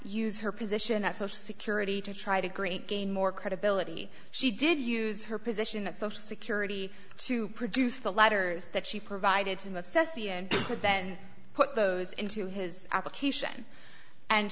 use her position at social security to try to great gain more credibility she did use her position at social security to produce the letters that she provided to assess the end but then put those into his application and